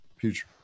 future